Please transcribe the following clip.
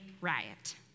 riot